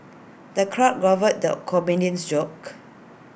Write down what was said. the crowd guffawed the comedian's jokes